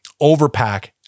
overpack